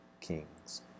Kings